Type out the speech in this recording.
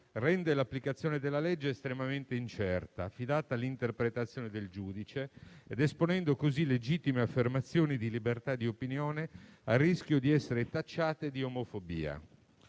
rende l'applicazione della legge estremamente incerta, affidata all'interpretazione del giudice, esponendo così legittime affermazioni di libertà di opinione al rischio di essere tacciate di omofobia.